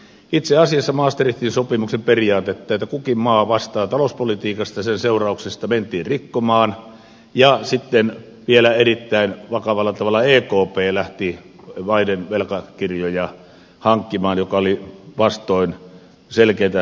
itse asiassa maastrichtin sopimuksen periaatetta että kukin maa vastaa talouspolitiikasta ja sen seurauksista mentiin rikkomaan ja sitten vielä erittäin vakavalla tavalla ekp lähti maiden velkakirjoja hankkimaan mikä oli vastoin selkeitä pelisääntöjä